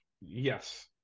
Yes